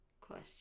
Question